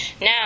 Now